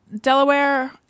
Delaware